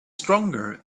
stronger